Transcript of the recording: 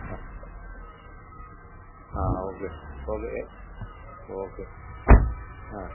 ആ ആ okay okay okay ആ